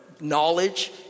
knowledge